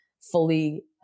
fully